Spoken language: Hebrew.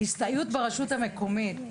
ההסתייעות ברשות המקומית.